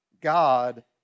God